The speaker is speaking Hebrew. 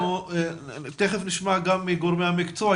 תיכף נשמע גם מגורמי המקצוע,